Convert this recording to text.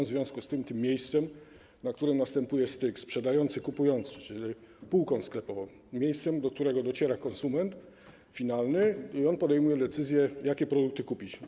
W związku z tym one dysponują miejscem, na którym następuje styk sprzedający - kupujący, czyli półką sklepową i miejscem, do którego dociera konsument finalny i podejmuje decyzję, jakie produkty kupić.